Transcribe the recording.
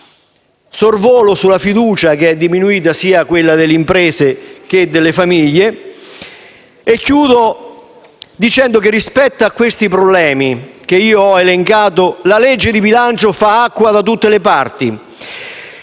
Sorvolo sulla fiducia, che è diminuita sia tra le imprese che tra le famiglie e chiudo dicendo che, rispetto a questi problemi che ho elencato, la legge di bilancio fa acqua da tutte le parti.